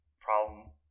problem